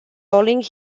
rolling